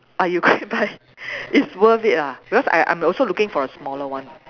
ah you go and buy it's worth it lah because I I'm also looking for a smaller one